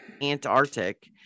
Antarctic